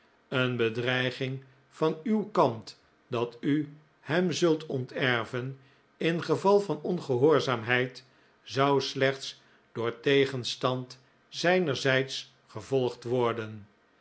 een bedreiging van uw kant dat u hem zult onterven in geval van ongehoorzaamheid zou slechts door tegenstand zijnerzijds gevolgd worden